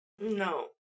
No